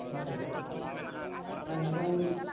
ᱟᱨᱵᱚᱱ ᱨᱚᱦᱚᱭᱮᱫᱟ ᱢᱮᱱᱠᱷᱟᱱ